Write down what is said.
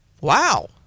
wow